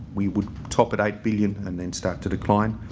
we would top at eight billion and then start to decline.